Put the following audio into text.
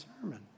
sermon